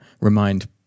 remind